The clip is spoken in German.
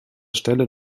stelle